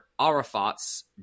Arafat's